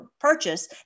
purchase